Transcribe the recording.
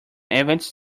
events